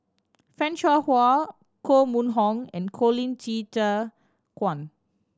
Fan Shao Hua Koh Mun Hong and Colin Qi Zhe Quan